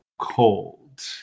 cold